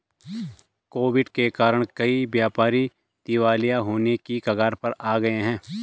Covid के कारण कई व्यापारी दिवालिया होने की कगार पर आ गए हैं